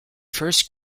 first